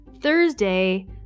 Thursday